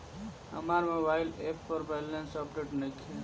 हमार mobile app पर balance update नइखे